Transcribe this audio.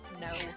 no